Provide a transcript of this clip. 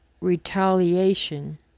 retaliation